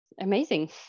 Amazing